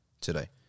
today